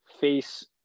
face